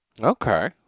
Okay